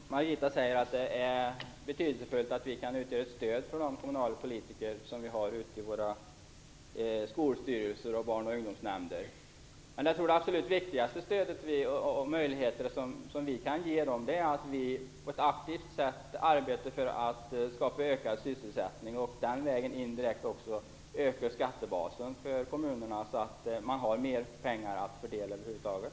Fru talman! Det är riktigt som Margitta Edgren säger, att det är betydelsefullt att vi kan utgöra ett stöd för de kommunalpolitiker som finns ute i skolstyrelser och i barn och ungdomsnämnder. Men de absolut viktigaste möjligheterna som vi kan ge dem är att vi på ett aktivt sätt arbetar för att skapa ökad sysselsättning och därmed ökar ju också skattebasen för kommunerna. Då får de mera pengar att fördela över huvud taget.